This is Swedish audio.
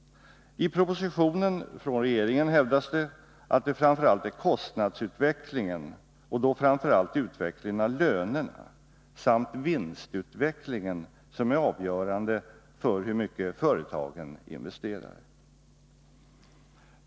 I propositionen hävdas att det framför allt är kostnadsutvecklingen, och då främst utvecklingen av lönerna, samt vinstutvecklingen som är avgörande för hur mycket företagen investerar.